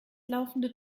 laufende